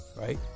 Right